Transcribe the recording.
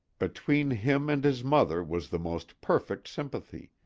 between him and his mother was the most perfect sympathy,